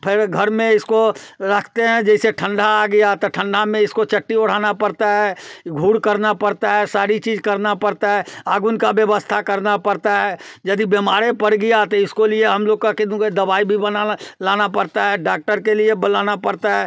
फिर में घर में इसको रखते हैं जैसे ठंडा आ गया तो ठंडा में इसको चट्टी ओढ़ाना पड़ता है घूर करना पड़ता है सारी चीज करना पड़ता है आगुन का व्यवस्था करना पड़ता है यदि बेमारे पर गया तो इसको लिए हम लोग का दवाई भी बनाना लाना पड़ता है डाक्टर के लिए बुलाना पड़ता है